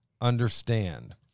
understand